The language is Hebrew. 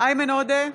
איימן עודה,